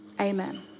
amen